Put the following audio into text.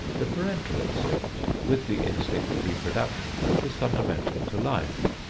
the parental instinct, with the instinct of reproduction, is fundamental to life.